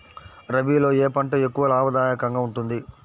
రబీలో ఏ పంట ఎక్కువ లాభదాయకంగా ఉంటుంది?